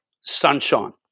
sunshine